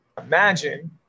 Imagine